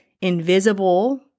invisible